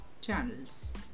channels